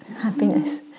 happiness